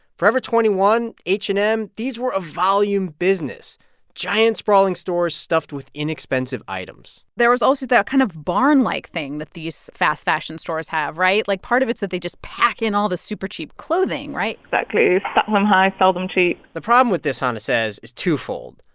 forever twenty one, h and m these were a volume business giant, sprawling stores stuffed with inexpensive items there was also that kind of barnlike thing that these fast fashion stores have, right? like, part of it's that they just pack in all the super cheap clothing, right? exactly stack them high, sell them cheap the problem with this, chana says, is twofold.